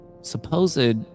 supposed